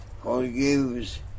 forgives